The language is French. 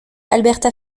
alberta